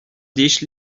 dish